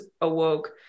awoke